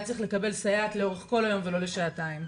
צריך לקבל סייעת לאורך כל היום ולא לשעתיים.